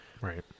Right